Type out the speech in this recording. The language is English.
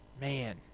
man